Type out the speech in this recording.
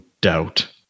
doubt